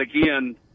again